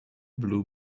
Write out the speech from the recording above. blue